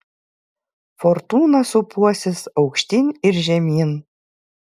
fortūna sūpuosis aukštyn ir žemyn